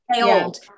old